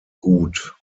gut